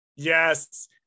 Yes